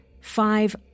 Five